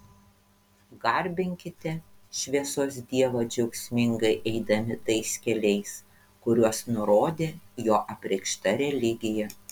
garbinkite šviesos dievą džiaugsmingai eidami tais keliais kuriuos nurodė jo apreikšta religija